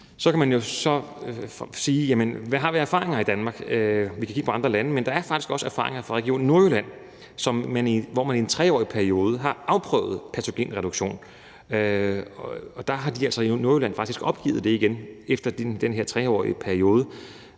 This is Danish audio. Så kan man spørge: Hvad har vi af erfaringer i Danmark? Vi kan kigge på andre lande, men der er faktisk også erfaringer fra Region Nordjylland, hvor man i en 3-årig periode har afprøvet patogenreduktion, og der har de faktisk opgivet det igen efter den her 3-årige periode.